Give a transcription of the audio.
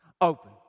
open